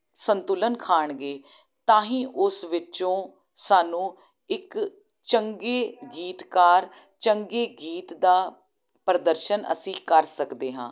ਸੰਤੁਲਨ ਖਾਣਗੇ ਤਾਂ ਹੀ ਉਸ ਵਿੱਚੋਂ ਸਾਨੂੰ ਇੱਕ ਚੰਗੇ ਗੀਤਕਾਰ ਚੰਗੇ ਗੀਤ ਦਾ ਪ੍ਰਦਰਸ਼ਨ ਅਸੀਂ ਕਰ ਸਕਦੇ ਹਾਂ